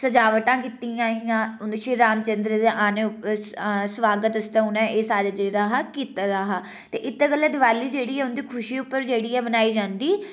सजावटां कीतियां हियां उ'नें श्री राम चंद्र दे आने उप्पर सुआगत आस्तै उ'नें एह् सारा जेह्ड़ा हा कीता दा हा ते इस्सै गल्ला दिवाली जेह्ड़ी ऐ उं'दी खुशी उप्पर जेह्ड़ी मनाई जन्दी